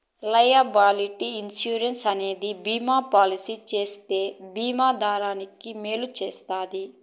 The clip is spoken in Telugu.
లైయబిలిటీ ఇన్సురెన్స్ అనేది బీమా పాలసీ చెబితే బీమా దారానికి మేలు చేస్తది